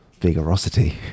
vigorosity